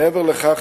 מעבר לכך,